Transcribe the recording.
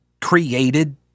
created